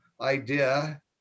idea